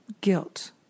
guilt